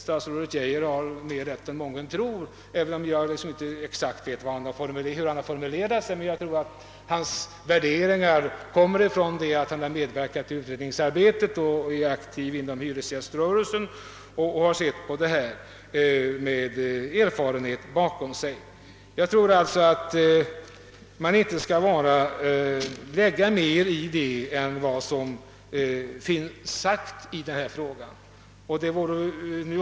Statsrådet Geijer har nog mera rätt än mången tror, även om jag inte vet exakt hur han formulerade sina ord. Hans uppfattning grundar sig säkert på hans medverkan i utredningsarbetet och på erfarenheterna som aktiv inom hyresgäströrelsen. Han har lång erfarenhet av sådana här frågor. Och man skall inte lägga in mer i statsrådet Geijers ord än vad han verkligen har sagt.